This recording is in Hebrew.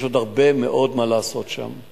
יש עוד הרבה מאוד מה לעשות שם.